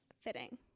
fitting